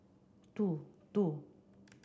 two two